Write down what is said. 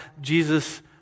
Jesus